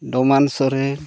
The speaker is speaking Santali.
ᱰᱳᱢᱟᱱ ᱥᱚᱨᱮᱱ